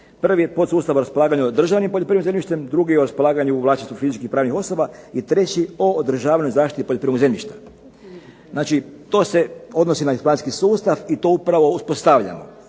Prvi je podsustav raspolaganje državnim poljoprivrednim zemljištem, drugi je u raspolaganju vlasništvu fizičkih i pravnih osoba i treći je o održavanju i zaštiti poljoprivrednog zemljišta. Znači to se odnosi na eksploatacijski sustav i to upravo uspostavljamo.